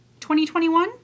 2021